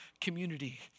community